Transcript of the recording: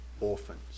orphans